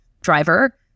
driver